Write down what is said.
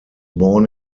born